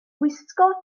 gwisgo